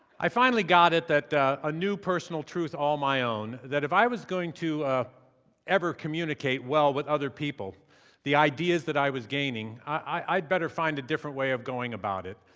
i finally got it, a new personal truth all my own, that if i was going to ever communicate well with other people the ideas that i was gaining, i'd better find a different way of going about it.